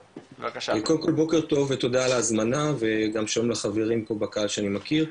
קודם כל בוקר טוב ותודה על ההזמנה וגם שלום לחברים פה בקהל שאני מכיר.